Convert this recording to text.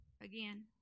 again